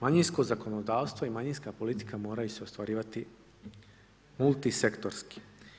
Manjinsko zakonodavstvo i manjinska politika moraju se ostvarivati multi-sektorski.